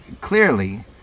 clearly